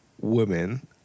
women